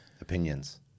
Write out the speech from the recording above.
opinions